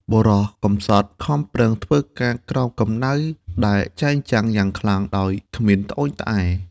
បុរសកំសត់ខំប្រឹងធ្វើការក្រោមកំដៅដែលចែងចាំង យ៉ាងខ្លាំង ដោយគ្មានត្អូញត្អែរ ។